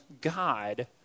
god